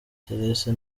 therese